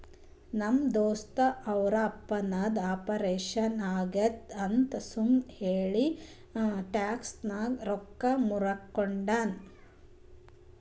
ನಮ್ ದೋಸ್ತ ಅವ್ರ ಪಪ್ಪಾದು ಆಪರೇಷನ್ ಆಗ್ಯಾದ್ ಅಂತ್ ಸುಮ್ ಹೇಳಿ ಟ್ಯಾಕ್ಸ್ ನಾಗ್ ರೊಕ್ಕಾ ಮೂರ್ಕೊಂಡಾನ್